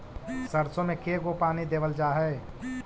सरसों में के गो पानी देबल जा है?